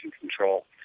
control